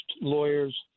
lawyers